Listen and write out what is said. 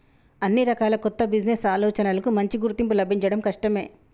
అన్ని రకాల కొత్త బిజినెస్ ఆలోచనలకూ మంచి గుర్తింపు లభించడం కష్టమే